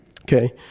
Okay